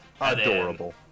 adorable